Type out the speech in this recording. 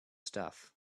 stuff